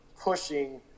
pushing